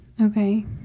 Okay